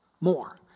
more